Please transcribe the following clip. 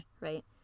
Right